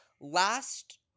last